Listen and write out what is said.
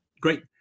Great